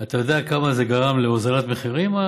אתה יודע כמה הייבוא גרם להורדת מחירים?